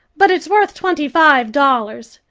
but it's worth twenty-five dollars.